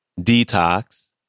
Detox